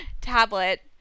tablet